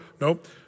Nope